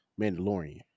mandalorian